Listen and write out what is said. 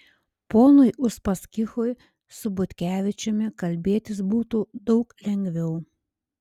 ponui uspaskichui su butkevičiumi kalbėtis būtų daug lengviau